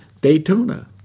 Daytona